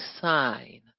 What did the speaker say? sign